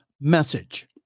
message